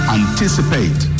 anticipate